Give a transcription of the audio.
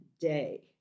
day